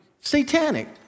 Satanic